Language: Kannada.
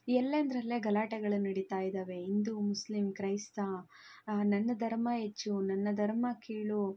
ಎಲ್ಲೆಂದರಲ್ಲೇ ಗಲಾಟೆಗಳು ನಡೀತಾ ಇದ್ದಾವೆ ಹಿಂದೂ ಮುಸ್ಲಿಮ್ ಕ್ರೈಸ್ತ ನನ್ನ ಧರ್ಮ ಹೆಚ್ಚು ನನ್ನ ಧರ್ಮ ಕೀಳು